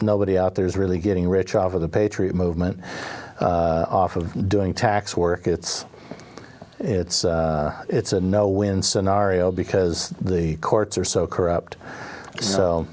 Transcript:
nobody out there is really getting rich off of the patriot movement off of doing tax work it's it's a no win scenario because the courts are so corrupt